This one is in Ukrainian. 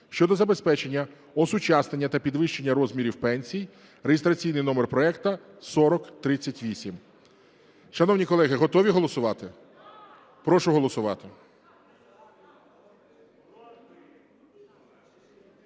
щодо забезпечення осучаснення та підвищення розмірів пенсій (реєстраційний номер проекту 4038). Шановні колеги, готові голосувати? Прошу голосувати.